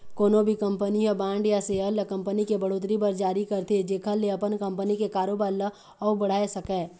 कोनो भी कंपनी ह बांड या सेयर ल कंपनी के बड़होत्तरी बर जारी करथे जेखर ले अपन कंपनी के कारोबार ल अउ बढ़ाय सकय